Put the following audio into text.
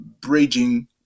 bridging